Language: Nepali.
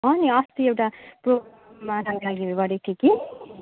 अँ नि अस्ति एउटा प्रोगाममा जानुको लागि ऊ यो गरेको थिएँ कि